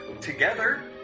together